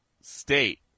state